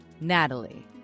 Natalie